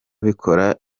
abikora